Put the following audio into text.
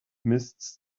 tent